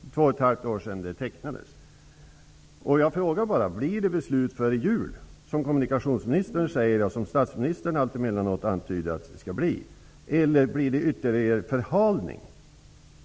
Det är två och ett halvt år sedan det tecknats. Kommer det att fattas ett beslut före jul? Det säger kommunikationsministern, och det antyder statsministern då och då. Eller blir det fråga om